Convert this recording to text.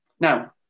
Now